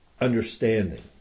understanding